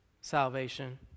salvation